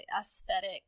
aesthetic